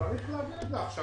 צריך להעביר את זה עכשיו.